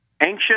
anxious